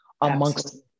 amongst